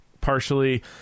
partially